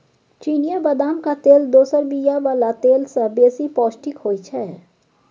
चिनियाँ बदामक तेल दोसर बीया बला तेल सँ बेसी पौष्टिक होइ छै